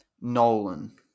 Nolan